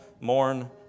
mourn